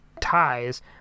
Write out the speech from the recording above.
ties